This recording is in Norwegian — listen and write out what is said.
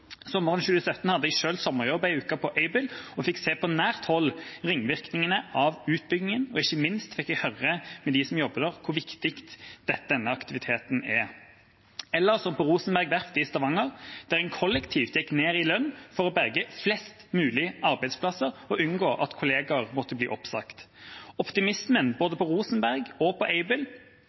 Sommeren 2017 hadde jeg selv sommerjobb en uke på Aibel og fikk se på nært hold ringvirkningene av utbyggingen, og ikke minst fikk jeg høre fra dem som jobbet der, hvor viktig denne aktiviteten er. På Rosenberg Verft i Stavanger gikk en kollektivt ned i lønn for å berge flest mulig arbeidsplasser og unngå at kolleger måtte bli oppsagt. Optimismen på både Rosenberg og Aibel er to gode eksempler på